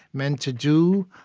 meant to do,